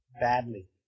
badly